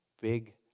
big